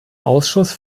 ausschuss